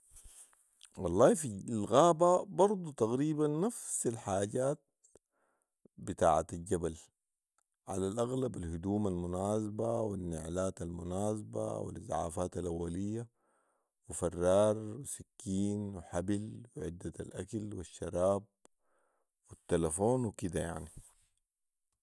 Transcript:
والله في الغابة برضو تقريبا نفس الحاجات بتاعة الجبل علي الاغلب الهدوم المناسبه والنعلات المناسبه والاسعافات الاوليه وفرار وسكين وحبل وعدة الاكل والشراب والتلفون كده يعني